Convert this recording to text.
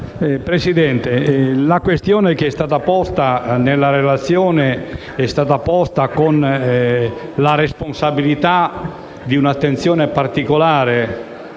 Presidente, la questione illustrata nella relazione è stata posta con responsabilità e con un'attenzione particolare